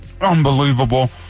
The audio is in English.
Unbelievable